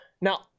Now